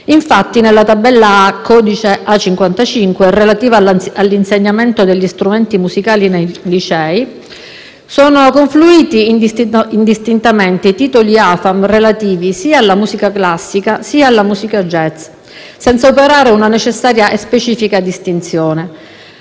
infatti, nella tabella A, codice A-55, relativa all'insegnamento degli strumenti musicali nei licei, sono confluiti indistintamente i titoli Afam relativi, sia alla «Musica classica», sia alla «Musica Jazz», senza operare una necessaria e specifica distinzione;